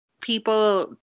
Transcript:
people